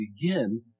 begin